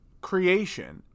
creation